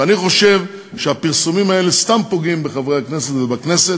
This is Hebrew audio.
ואני חושב שהפרסומים האלה סתם פוגעים בחברי הכנסת ובכנסת,